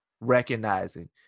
Recognizing